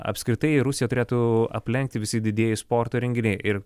apskritai rusiją turėtų aplenkti visi didieji sporto renginiai ir